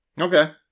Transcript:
okay